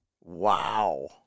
Wow